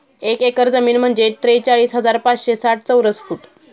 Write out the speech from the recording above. एक एकर जमीन म्हणजे त्रेचाळीस हजार पाचशे साठ चौरस फूट